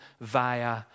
via